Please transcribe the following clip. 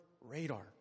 radar